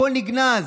הכול נגנז.